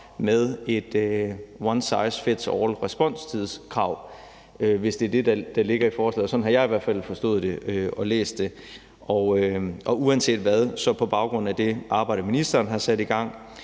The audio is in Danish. med et one size fits all-responstidskrav, hvis det er det, der ligger i forslaget, sådan har jeg i hvert fald forstået det og læst det. Uanset hvad kan vi – også på baggrund af det arbejde, ministeren har sat i gang,